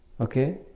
Okay